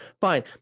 fine